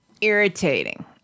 irritating